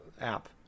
app